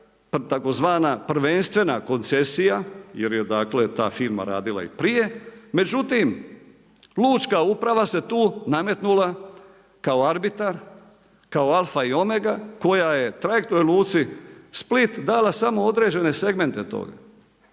tzv. prvenstvena koncesija jer je dakle ta firma radila i prije. Međutim, Lučka uprava se tu nametnula kao arbitar, kao alfa i omega koja je trajektnoj luci Split dala samo određene segmente toga